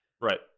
right